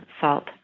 salt